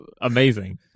amazing